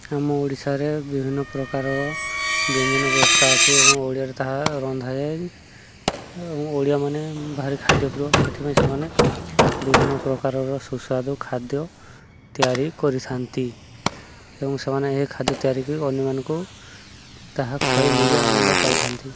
ଆମ ଓଡ଼ିଶାରେ ବିଭିନ୍ନ ପ୍ରକାରର ବ୍ୟଞ୍ଜନ ବ୍ୟବସ୍ଥା ଅଛି ଏବଂ ଓଡ଼ିଆରେ ତାହା ରନ୍ଧା ଯାଏ ଏବଂ ଓଡ଼ିଆ ମାନେ ଭାରି ଖାଦ୍ୟପ୍ରିୟ ସେଥିପାଇଁ ସେମାନେ ବିଭିନ୍ନ ପ୍ରକାରର ସୁସ୍ୱାଦୁ ଖାଦ୍ୟ ତିଆରି କରିଥାନ୍ତି ଏବଂ ସେମାନେ ଏହି ଖାଦ୍ୟ ତିଆରି କରି ଅନ୍ୟମାନଙ୍କୁ ତାହା ଖୁଆଇ ନିଜେ ଆନନ୍ଦ ପାଇଥାନ୍ତି